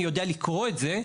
אני יודע לקרוא את זה,